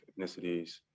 ethnicities